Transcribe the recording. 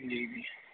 जी जी